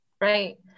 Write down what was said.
Right